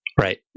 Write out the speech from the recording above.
Right